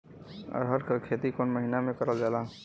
अरहर क खेती कवन महिना मे करल जाला?